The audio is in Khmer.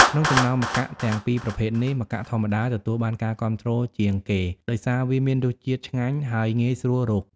ក្នុងចំណោមម្កាក់ទាំងពីរប្រភេទនេះ ម្កាក់ធម្មតា ទទួលបានការគាំទ្រជាងគេ ដោយសារវាមានរសជាតិឆ្ងាញ់ ហើយងាយស្រួលរក។